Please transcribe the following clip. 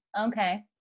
Okay